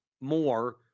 more